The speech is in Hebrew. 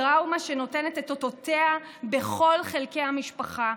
טראומה שנותנת את אותותיה בכל חלקי המשפחה,